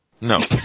No